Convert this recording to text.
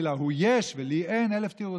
כי לו יש ולי אין, אלף תירוצים.